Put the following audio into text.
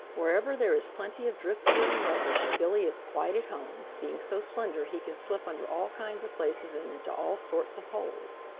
wherever there is plenty of driftwood and rubbish, billy is quite at home, being so slender he can slip under all kinds of places and into all sorts of holes.